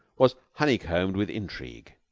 was honeycombed with intrigue.